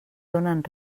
donen